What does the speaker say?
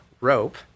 rope